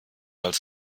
als